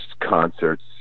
concerts